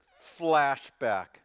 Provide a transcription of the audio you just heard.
flashback